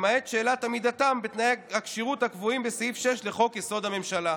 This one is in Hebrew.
למעט שאלת עמידתם בתנאי הכשירות הקבועים בסעיף 6 לחוק-יסוד: הממשלה.